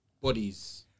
bodies